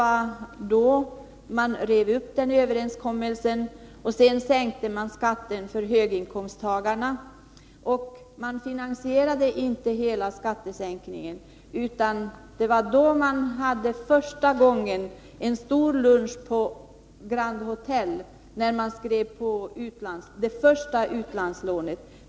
Man rev alltså upp denna överenskommelse och sänkte skatten för höginkomsttagarna. Man finansierade inte hela skattesänkningen, utan det var då man för första gången hade en stor lunch på Grand Hotel där man skrev på det första utlandslånet.